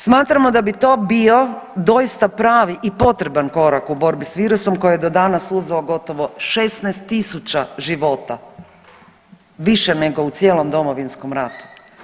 Smatramo da bi to bio doista pravi i potreban korak u borbi sa virusom koji je do danas uzeo gotovo 16000 života više nego u cijelom Domovinskom ratu.